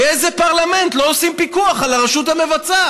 באיזה פרלמנט לא עושים פיקוח על הרשות המבצעת?